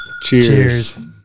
Cheers